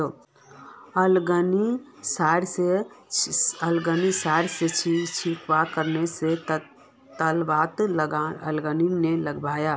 algae side छिड़काव करने स तालाबत एलगी नी लागबे